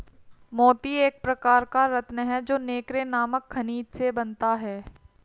मोती एक प्रकार का रत्न है जो नैक्रे नामक खनिज से बनता है